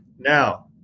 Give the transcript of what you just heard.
now